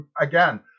again